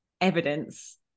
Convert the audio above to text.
evidence